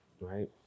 right